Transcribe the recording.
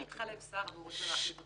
הוא יכול?